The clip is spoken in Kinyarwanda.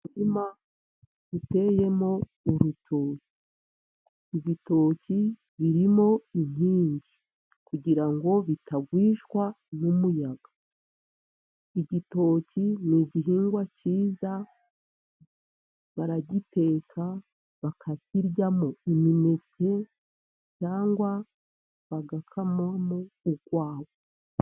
Umurima uteyemo ibitoki. Ibitoki birimo inkingi kugira ngo bitagwishwa n'umuyaga. Igitoki ni igihingwa cyiza baragiteka, bakakiryamo imineke, cyangwa bagakamamo urwagwa.